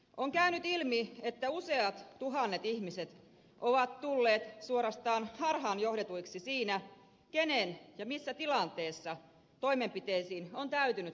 on käynyt ilmi että useat tuhannet ihmiset ovat tulleet suorastaan harhaanjohdetuiksi siinä kenen ja missä tilanteessa toimenpiteisiin on täytynyt ryhtyä